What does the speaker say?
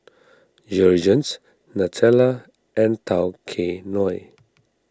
Jergens Nutella and Tao Kae Noi